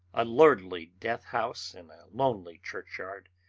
a lordly death-house in a lonely churchyard,